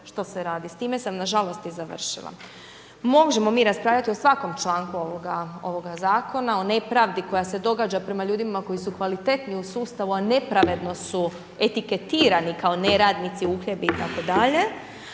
što se radi. S time sam nažalost i završila. Možemo mi raspravljati o svakom članku ovoga zakona, o nepravdi koja se događa prema ljudima koji su kvalitetni u sustavu a nepravedno su etiketirani kao neradnici, uhljebi itd.,